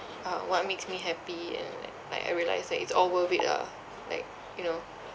uh what makes me happy and like like I realised that it's all worth it lah like you know